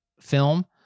film